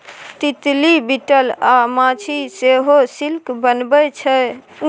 तितली, बिटल अ माछी सेहो सिल्क बनबै छै